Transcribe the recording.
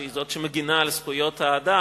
שהיא זאת שמגינה על זכויות האדם.